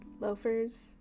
loafers